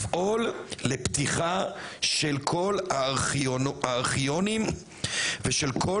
לפעול לפתיחה של כל הארכיונים ושל כל